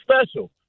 special